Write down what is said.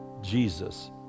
Jesus